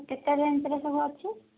କେତେ ରେଞ୍ଜରେ ସବୁ ଅଛି